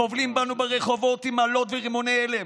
חובלים בנו ברחובות עם אלות ורימוני הלם,